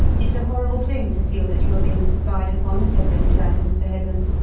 it's a horrible thing to feel that you are being spied upon, at every turn, mr. headland,